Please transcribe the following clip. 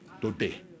today